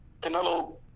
Canelo